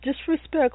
disrespect